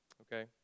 okay